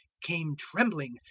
came trembling,